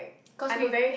cause we